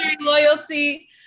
loyalty